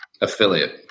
Affiliate